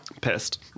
Pissed